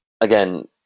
again